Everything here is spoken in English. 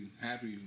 Happy